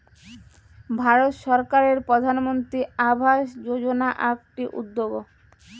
ভারত সরকারের প্রধানমন্ত্রী আবাস যোজনা আকটি উদ্যেগ